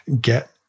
get